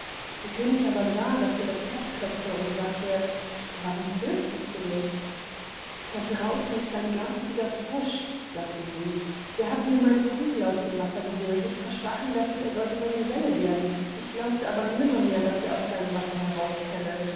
der könig aber sah daß ihr das herz klopfte und sagte warum fürchtest du dich da draußen ist ein garstiger frosch sagte sie der hat mir meine goldne kugel aus dem wasser geholt ich versprach ihm dafür er sollte mein geselle werden ich glaubte aber nimmermehr daß er aus seinem wasser heraus